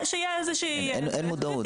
אין מודעות,